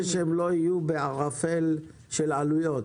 אני רוצה שהם לא יהיו בערפל של עלויות.